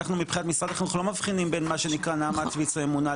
אנחנו מבחינת משרד החינוך לא מבחינים בין מה שנקרא נעמ"ת ויצ"ו אמונה,